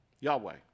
Yahweh